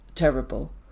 terrible